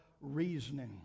reasoning